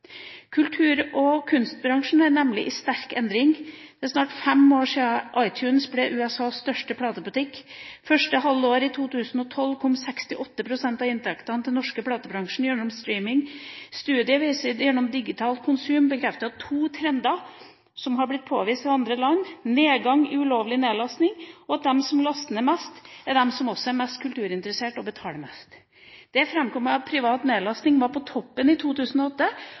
Kultur- og kunstbransjen er i sterk endring. Det er snart fem år siden iTunes ble USAs største platebutikk, første halvår i 2012 kom 68 pst. av inntektene til den norske platebransjen gjennom streaming, og studier av digitalt konsum bekrefter to trender som har blitt påvist i andre land: nedgang i ulovlig nedlastning, og at de som laster ned mest, er de som også er mest kulturinteressert og betaler mest. Det framkommer at privat nedlastning var på toppen i 2008,